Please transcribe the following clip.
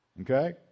Okay